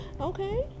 okay